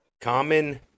Common